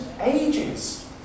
ages